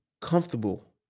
comfortable